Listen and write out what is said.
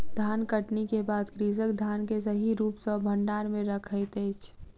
धानकटनी के बाद कृषक धान के सही रूप सॅ भंडार में रखैत अछि